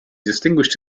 distinguished